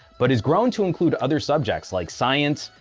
but has grown to include other subjects like science,